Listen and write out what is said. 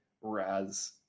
Whereas